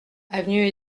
avenue